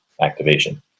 activation